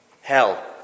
hell